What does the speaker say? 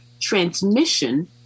transmission